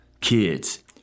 kids